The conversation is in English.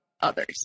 others